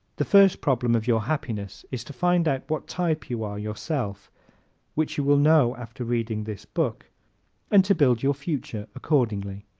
the first problem of your happiness is to find out what type you are yourself which you will know after reading this book and to build your future accordingly.